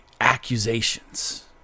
accusations